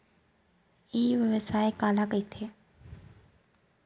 ई व्यवसाय काला कहिथे?